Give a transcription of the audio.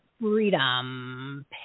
freedom